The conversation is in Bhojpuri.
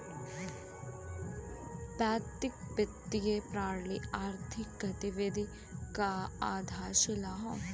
वैश्विक वित्तीय प्रणाली आर्थिक गतिविधि क आधारशिला हौ